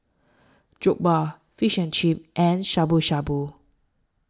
Jokbal Fish and Chips and Shabu Shabu